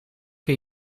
kan